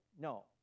No